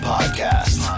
Podcast